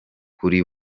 kuri